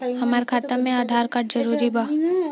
हमार खाता में आधार कार्ड जरूरी बा?